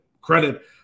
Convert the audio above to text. credit